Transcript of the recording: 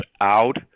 out